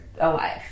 alive